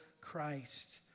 Christ